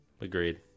Agreed